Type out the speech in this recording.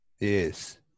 Yes